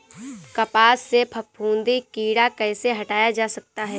कपास से फफूंदी कीड़ा कैसे हटाया जा सकता है?